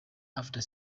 after